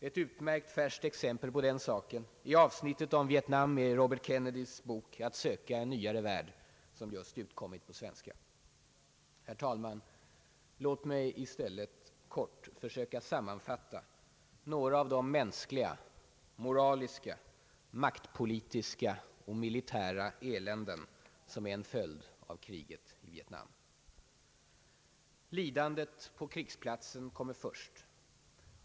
Ett utmärkt och färskt exempel på den saken är avsnittet om Vietnam i Robert Kennedys bok »Att söka en nyare värld», som just utkommit på svenska. Låt mig i stället kort försöka sammanfatta några av de mänskliga, moraliska, maktpolitiska och militära eländen, som är en följd av kriget i Vietnam. Lidandet på krigsplatsen kommer först.